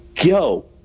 yo